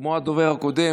כמו הדובר הקודם,